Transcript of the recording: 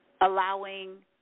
allowing